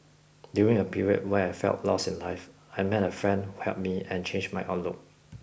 during a period when I felt lost in life I met a friend who helped me and changed my outlook